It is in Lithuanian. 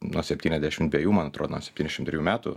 nuo septyniasdešim dviejų man atrodo nuo septyniasdešim trijų metų